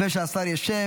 לפני שהשר ישיב,